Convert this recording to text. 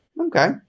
Okay